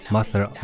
Master